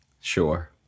Sure